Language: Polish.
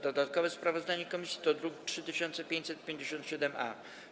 Dodatkowe sprawozdanie komisji to druk nr 3557-A.